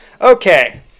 Okay